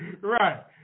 Right